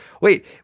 wait